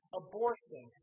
abortion